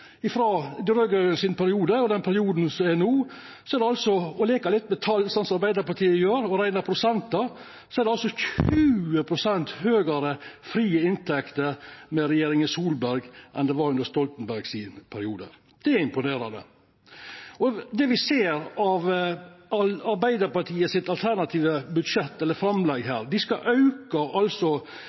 dei raud-grøne sin periode og den perioden som er no – og leikar litt med tal, som Arbeidarpartiet gjer, og reknar prosentar – er det 20 pst. høgare frie inntekter med regjeringa Solberg enn under Stoltenberg sin periode. Det er imponerande. Me ser av Arbeidarpartiet sitt alternative framlegg at dei skal auka